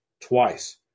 twice